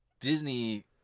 Disney